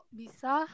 bisa